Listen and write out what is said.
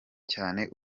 cyane